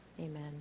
Amen